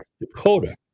Dakota